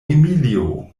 emilio